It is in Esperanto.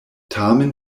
tamen